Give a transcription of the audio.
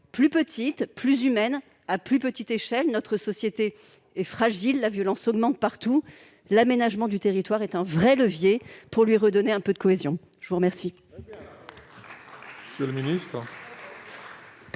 plus réduites, plus humaines, à plus petite échelle ; notre société est fragile, la violence augmente partout, l'aménagement du territoire est un vrai levier pour lui redonner un peu de cohésion. La parole